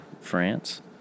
France